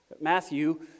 Matthew